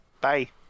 Bye